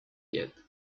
yet